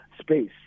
space